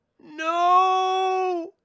No